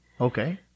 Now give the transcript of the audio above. Okay